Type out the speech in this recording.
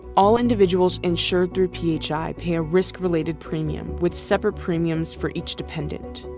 all individuals insured through p h i. pay a risk related premium with separate premiums for each dependent.